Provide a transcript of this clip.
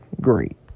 great